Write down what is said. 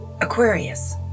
Aquarius